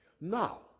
Now